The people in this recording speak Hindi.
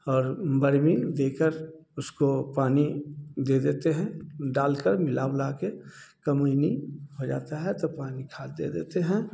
और बर्मी देकर उसको पानी दे देते हैं डाल कर मिला उला के कमयनी हो जाता है तो पानी खाद दे देते हैं